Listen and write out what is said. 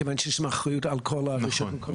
מכיוון שיש שם אחריות על כל הרשויות המקומיות.